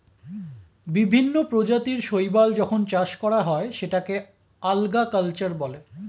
বিভিন্ন প্রজাতির শৈবাল যখন চাষ করা হয় সেটাকে আল্গা কালচার বলে